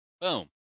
Boom